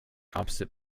opposite